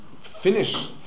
finish